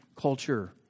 culture